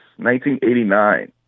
1989